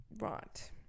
Right